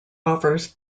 offers